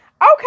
Okay